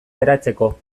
eratzeko